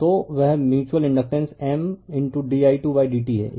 तो वह mutual inductance M di2dt है